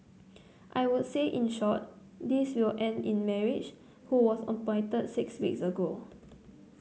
I would say in short this will end in marriage who was appointed six weeks ago